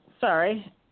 Sorry